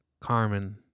Carmen